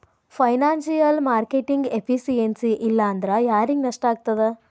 Financial marketing efficiency ಇಲ್ಲಾಂದ್ರ ಯಾರಿಗ್ ನಷ್ಟಾಗ್ತದ?